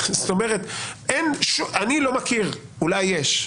אני לא מכיר, אולי יש,